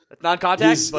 non-contact